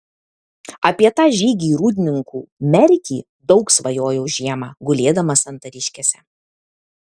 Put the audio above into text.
apie tą žygį į rūdninkų merkį daug svajojau žiemą gulėdamas santariškėse